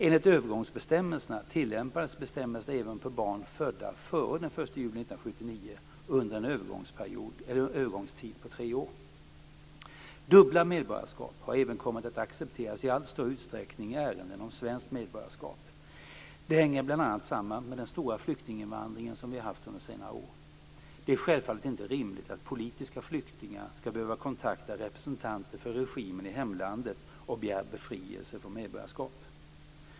Enligt övergångsbestämmelserna tillämpades bestämmelsen även på barn födda före den 1 juli 1979 under en övergångstid på tre år. Dubbla medborgarskap har även kommit att accepteras i allt större utsträckning i ärenden om svenskt medborgarskap. Det hänger bl.a. samman med den stora flyktinginvandring som vi har haft under senare år. Det är självfallet inte rimligt att politiska flyktingar skall behöva kontakta representanter för regimen i hemlandet för att begära befrielse från medborgarskapet.